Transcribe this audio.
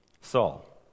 Saul